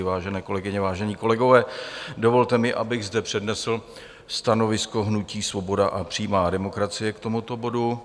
Vážené kolegyně, vážení kolegové, dovolte mi, abych zde přednesl stanovisko hnutí Svoboda a přímá demokracie k tomuto bodu.